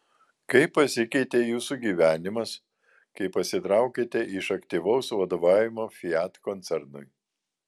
kaip pasikeitė jūsų gyvenimas kai pasitraukėte iš aktyvaus vadovavimo fiat koncernui